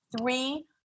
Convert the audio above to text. three